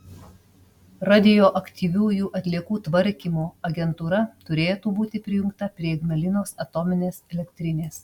radioaktyviųjų atliekų tvarkymo agentūra turėtų būti prijungta prie ignalinos atominės elektrinės